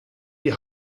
die